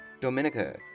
dominica